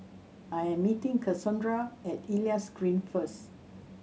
I am meeting Cassondra at Elias Green first